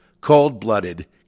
cold-blooded